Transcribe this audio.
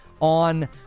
on